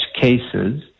cases